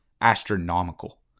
astronomical